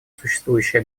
существующие